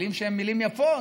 מילים שהן מילים יפות,